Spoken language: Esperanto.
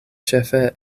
ĉefe